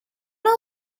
know